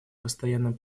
постоянным